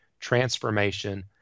transformation